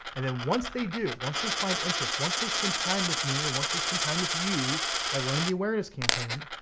and then once they do, once they find interest, once they spend time with me, or and once they spend time with you by running the awareness campaign,